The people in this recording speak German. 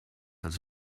als